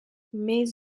mes